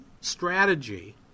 strategy